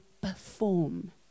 perform